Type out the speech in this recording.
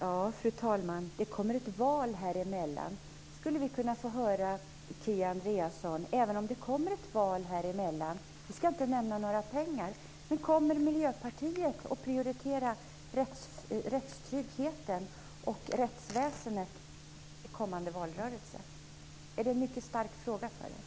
Fru talman! Det kommer ett val, sade Kia Andreasson. Vi ska inte nämna några summor, men jag undrar om vi skulle kunna få höra om Miljöpartiet kommer att prioritera rättstryggheten och rättsväsendet kommande valrörelse. Är det en mycket viktig fråga för er?